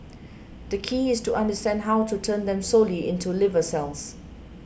the key is to understand how to turn them solely into liver cells